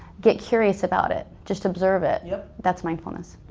get curious about it. just observe it. yep. that's mindfulness.